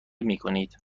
میکنید